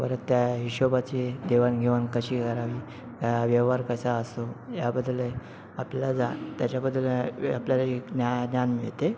परत त्या हिशोबाची देवाणघेवाण कशी करावी व्यवहार कसा असो याबद्दल आपल्याला जा त्याच्याबद्दल आपल्याला एक ज्ञा ज्ञान मिळते